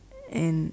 and